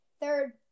third